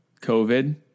COVID